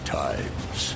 times